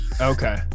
Okay